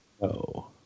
No